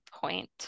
point